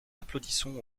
applaudissons